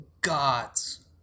gods